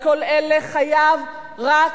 על כל אלה חייב רק